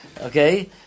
Okay